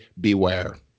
beware